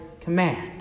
command